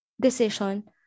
decision